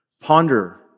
Ponder